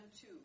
two